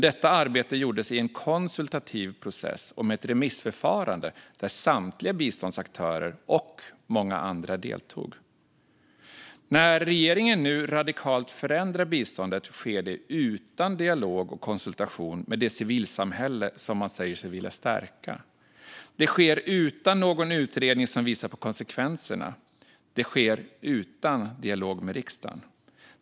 Detta arbete gjordes i en konsultativ process och med ett remissförfarande, där samtliga biståndsaktörer och många andra deltog. När regeringen nu radikalt förändrar biståndet sker det utan dialog och konsultation med det civilsamhälle som man säger sig vilja stärka. Det sker utan någon utredning som visar på konsekvenserna. Det sker utan dialog med riksdagen.